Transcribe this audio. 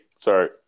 Sorry